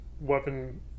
weapon